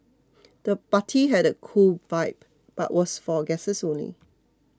the party had a cool vibe but was for guests only